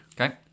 okay